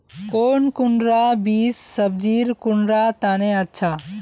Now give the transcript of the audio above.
कौन कुंडा बीस सब्जिर कुंडा तने अच्छा?